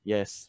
Yes